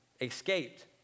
escaped